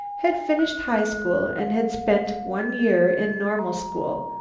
had finished high school and had spent one year in normal school,